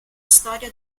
storia